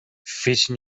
فکر